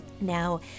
Now